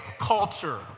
culture